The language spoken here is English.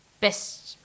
best